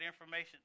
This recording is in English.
information